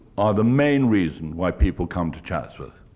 are the main reason why people come to chatsworth.